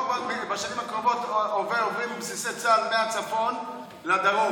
אבל בשנים הקרובות עוברים בסיסי צה"ל מהצפון לדרום,